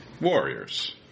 warriors